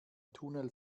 tunnel